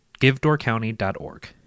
givedoorcounty.org